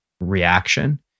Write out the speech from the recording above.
reaction